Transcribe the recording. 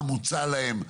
מה מוצע להם,